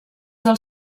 del